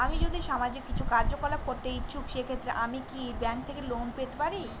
আমি যদি সামাজিক কিছু কার্যকলাপ করতে ইচ্ছুক সেক্ষেত্রে আমি কি ব্যাংক থেকে লোন পেতে পারি?